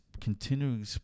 continuing